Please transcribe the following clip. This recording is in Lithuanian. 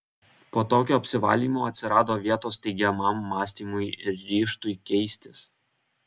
po tokio apsivalymo atsirado vietos teigiamam mąstymui ir ryžtui keistis